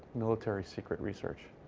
military secret research?